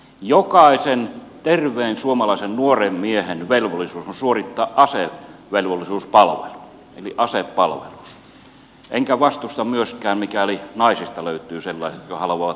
jokaisen terveen suomalaisen nuoren miehen velvollisuus on suorittaa asevelvollisuuspalvelu eli asepalvelus enkä vastusta myöskään mikäli naisista löytyy sellaisia jotka haluavat vapaaehtoisesti sen suorittaa